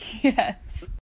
yes